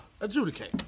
Adjudicate